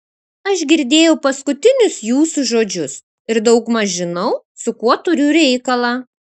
aš girdėjau paskutinius jūsų žodžius ir daugmaž žinau su kuo turiu reikalą